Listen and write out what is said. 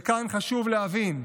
וכאן חשוב להבין,